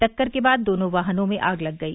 टक्कर के बाद दोनों वाहनों में आग लग गई